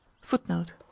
Footnote